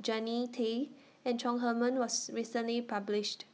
Jannie Tay and Chong Heman was recently published